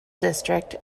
district